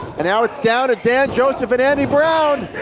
and now it's down to dan joseph and andy brown!